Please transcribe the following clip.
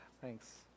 thanks